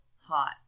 hot